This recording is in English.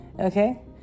okay